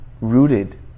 rooted